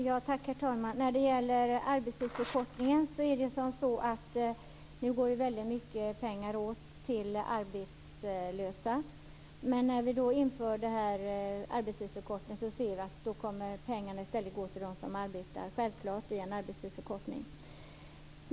Herr talman! När det gäller arbetstidsförkortningen går ju väldigt mycket pengar åt till arbetslösa nu, men när vi inför arbetstidsförkortning kommer pengarna i stället att gå till dem som arbetar, självklart i en arbetstidsförkortning.